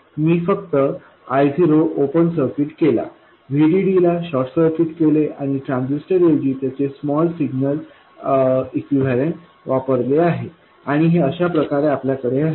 मी फक्त I0 open circuit केला VDD ला शॉर्ट सर्किट केले आणि ट्रान्झिस्टर ऐवजी त्याचे स्मॉल सिग्नल इक्विवलेंट वापरले आहे आणि हे अशाप्रकारे आपल्याकडे आहे